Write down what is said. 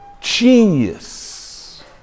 genius